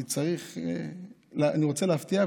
אני רוצה להפתיע,